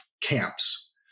camps